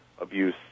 abuse